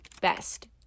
Best